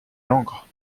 langres